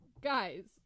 Guys